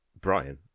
Brian